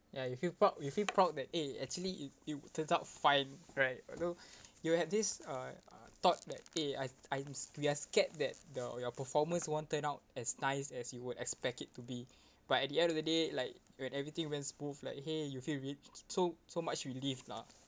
ya you feel proud you feel proud that eh actually it it turns out fine right although you had this uh uh thought that eh I I'm s~ we are scared that the your performance won't turn out as nice as you would expect it to be but at the end of the day like when everything went smooth like !hey! you feel re~ so so much relief lah